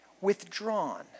withdrawn